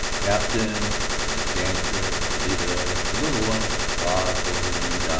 captain and the dancer and lolita, the little one, la golondrina,